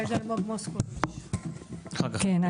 כן,